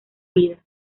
vida